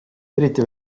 eriti